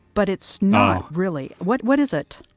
but it's not really. what what is it?